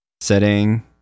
setting